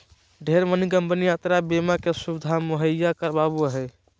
ढेरे मानी कम्पनी यात्रा बीमा के सुविधा मुहैया करावो हय